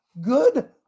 good